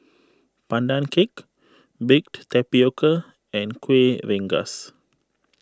Pandan Cake Baked Tapioca and Kuih Rengas